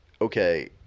okay